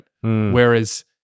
whereas